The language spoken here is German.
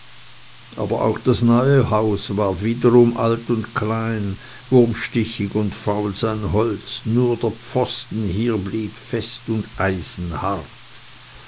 aber auch das neue haus ward wiederum alt und klein wurmstichig und faul sein holz nur der posten hier blieb fest und eisenhart